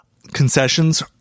Concessions